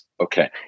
Okay